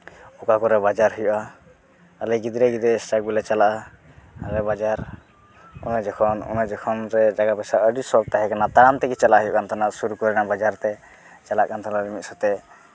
ᱚᱠᱟ ᱠᱚᱨᱮᱜ ᱵᱟᱡᱟᱨ ᱦᱩᱭᱩᱜᱼᱟ ᱟᱞᱮ ᱜᱤᱫᱽᱨᱟᱹ ᱜᱤᱫᱽᱨᱟᱹ ᱟᱹᱜᱩ ᱞᱮ ᱪᱟᱞᱟᱜᱼᱟ ᱟᱞᱮ ᱵᱟᱡᱟᱨ ᱚᱱᱟ ᱡᱚᱠᱷᱚᱱ ᱨᱮ ᱴᱟᱠᱟ ᱯᱚᱭᱥᱟ ᱟᱹᱰᱤ ᱥᱚᱠ ᱛᱟᱦᱮᱸ ᱠᱟᱱᱟ ᱛᱟᱲᱟᱢ ᱛᱮᱜᱮ ᱪᱟᱞᱟᱜ ᱦᱩᱭᱩᱜ ᱠᱟᱱ ᱛᱟᱦᱮᱱᱟ ᱥᱩᱨ ᱠᱚᱨᱮᱱᱟᱜ ᱵᱟᱡᱟᱨ ᱛᱮ ᱪᱟᱞᱟᱜ ᱠᱟᱱ ᱛᱟᱦᱮᱱᱟᱞᱮ ᱢᱤᱫ ᱥᱟᱛᱮᱜ